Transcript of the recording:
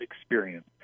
experience